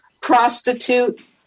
prostitute